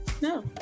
no